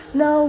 no